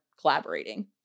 collaborating